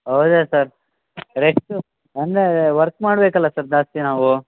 ಹೌದ sir rest ಅಂದರೆ work ಮಾಡ್ಬೇಕಲ್ವ ಸರ್ ಜಾಸ್ತಿ ನಾವು